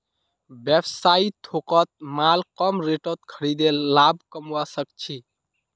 व्यवसायी थोकत माल कम रेटत खरीदे लाभ कमवा सक छी